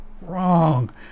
wrong